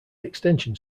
extension